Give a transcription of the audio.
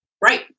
Right